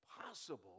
possible